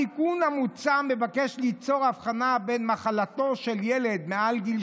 התיקון המוצע מבקש ליצור הבחנה בין מחלתו של ילד מעל גיל